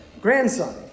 grandson